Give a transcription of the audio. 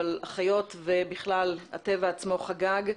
אבל החיות ובכלל הטבע עצמו חגג.